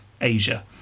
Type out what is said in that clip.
Asia